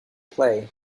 play